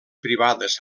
privades